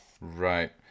Right